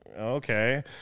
Okay